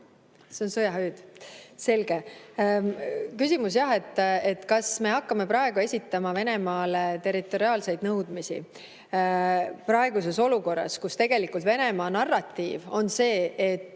See on sõjahüüd. Selge. Küsimus, kas me hakkame praegu esitama Venemaale territoriaalseid nõudmisi – praeguses olukorras, kus Venemaa narratiiv on see, et